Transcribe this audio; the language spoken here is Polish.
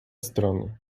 strony